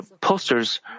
posters